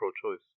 pro-choice